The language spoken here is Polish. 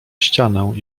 ścianę